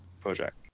project